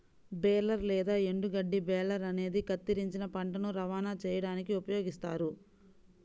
baler లేదా ఎండుగడ్డి బేలర్ అనేది కత్తిరించిన పంటను రవాణా చేయడానికి ఉపయోగిస్తారు